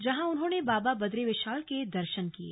जहां उन्होंने बाबा बदरी विशाल के दर्शन किए